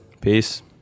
Peace